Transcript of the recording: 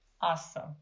Awesome